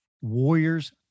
Warriors